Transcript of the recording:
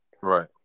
right